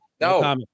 No